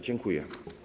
Dziękuję.